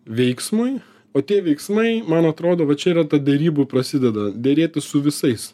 veiksmui o tie veiksmai man atrodo va čia yra ta derybų prasideda derėtis su visais